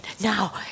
now